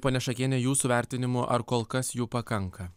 ponia šakienė jūsų vertinimu ar kol kas jų pakanka